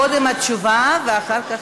לא הבנתי למה שר החקלאות, קודם התשובה, ואחר כך,